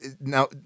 Now